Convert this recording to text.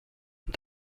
und